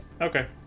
Okay